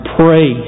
pray